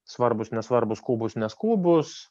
svarbūs nesvarbūs skubūs neskubūs